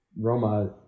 Roma